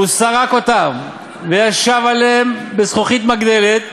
והוא סרק אותם, וישב עליהם עם זכוכית מגדלת,